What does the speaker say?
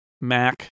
Mac